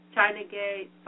Chinagate